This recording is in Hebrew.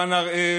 דן הראל,